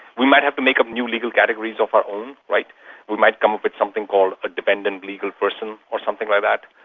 we might have to make up new legal categories of our own. we might come up with something called a dependent legal person or something like that.